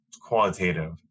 qualitative